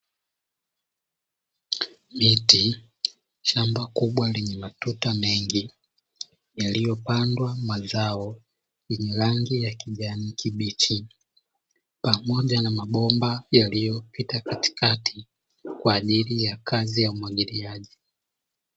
Miti, shamba kubwa lenye matunda mengi yaliyopandwa mazao yenye rangi ya kijani kibichi, pamoja na mabomba yaliyopita katikati kwaajili ya kazi ya umwagiliaji.